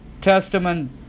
Testament